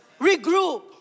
Regroup